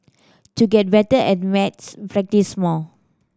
to get better at maths practise more